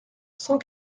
cent